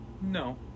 No